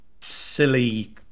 silly